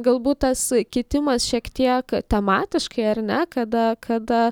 galbūt tas kitimas šiek tiek tematiškai ar ne kada kada